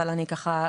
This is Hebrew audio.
אבל אני יודעת שבעבר,